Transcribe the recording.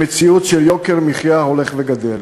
במציאות של יוקר מחיה הולך וגדל.